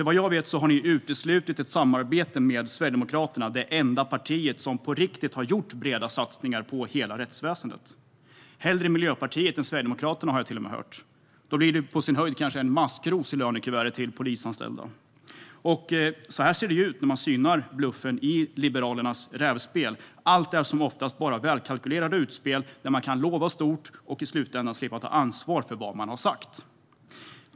Vad jag vet har ni uteslutit ett samarbete med Sverigedemokraterna, det enda parti som på riktigt har gjort breda satsningar på hela rättsväsendet. Hellre Miljöpartiet än Sverigedemokraterna, har jag till och med hört. Då blir det på sin höjd kanske en maskros i lönekuvertet till polisanställda. Så här ser det ut när man synar bluffen i Liberalernas rävspel. Allt som oftast är det bara välkalkylerade utspel där man kan lova stort men i slutändan slippa ta ansvar för vad man har sagt.